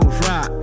rock